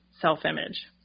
self-image